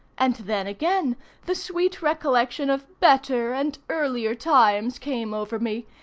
and then again the sweet recollection of better and earlier times came over me,